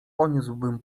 poniósłbym